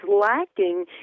lacking